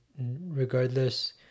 regardless